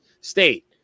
state